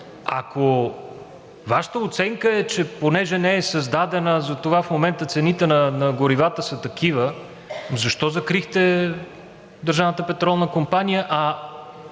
ако Вашата оценка е, че понеже не е създадена, затова в момента цените на горивата са такива, защо закрихте